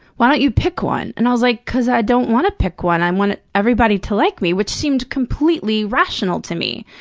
why don't you pick one? and i was like, cause i don't wanna pick one. i want everybody to like me, which seemed completely rational to me.